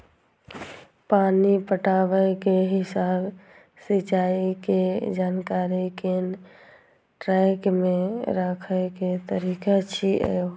पानि पटाबै के हिसाब सिंचाइ के जानकारी कें ट्रैक मे राखै के तरीका छियै